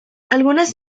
algunas